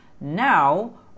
now